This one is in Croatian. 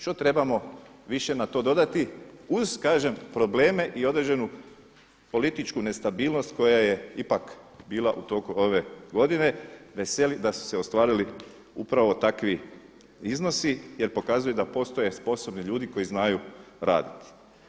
Što trebamo više na to dodati uz kažem probleme i određenu političku nestabilnost koja je ipak bila u toku ove godine da su se ostvarili upravo takvi iznosi jer pokazuje da postoje sposobni ljudi koji znaju raditi.